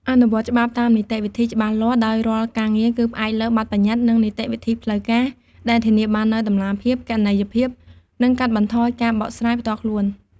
អនុវត្តច្បាប់តាមនីតិវិធីច្បាស់លាស់ ដោយរាល់ការងារគឺផ្អែកលើ បទប្បញ្ញត្តិ និងនីតិវិធីផ្លូវការ ដែលធានាបាននូវតម្លាភាព គណនេយ្យភាព និងកាត់បន្ថយការបកស្រាយផ្ទាល់ខ្លួន។